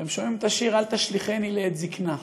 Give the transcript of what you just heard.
והם שומעים את השיר "אל תשליכני לעת זקנה",